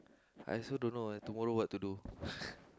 I also don't know eh tomorrow what to do